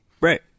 right